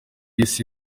isi